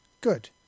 Good